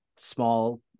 small